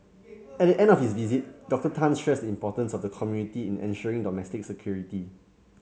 at the end of his visit Doctor Tan stressed the importance of the community in ensuring domestic security